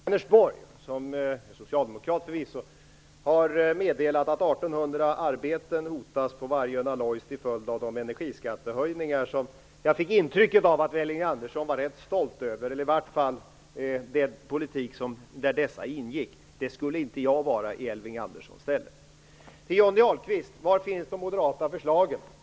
Herr talman! Jag skall använda min återstående tid till att först tala om detta med företagsbeskattningen. Kommunalrådet i Vänersborg, som är socialdemokrat förvisso, har meddelat att 1 800 arbeten hotas på Vargön Alloys till följd av de energiskattehöjningar som jag fick intrycket att Elving Andersson var rätt stolt över - eller i varje fall över den politik där dessa ingick. Det skulle inte jag vara i Elving Anderssons ställe. Till Johnny Ahlqvist: Var finns de moderata förslagen?